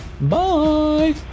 Bye